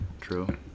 True